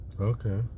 Okay